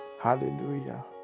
Hallelujah